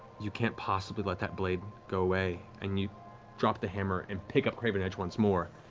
you can't possibly let that blade go away, and you drop the hammer and pick up craven edge once more.